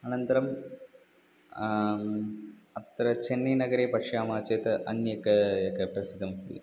अनन्तरं अत्र चेन्नैनगरे पश्यामः चेत् अन्येकम् एकं प्रसिद्धमस्ति